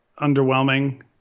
underwhelming